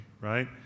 right